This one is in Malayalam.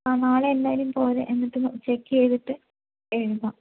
ആ നാളെ എന്തായാലും പോരേ എന്നിട്ട് ചെക്കെയ്തിട്ട് എഴുതാം